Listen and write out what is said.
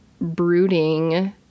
brooding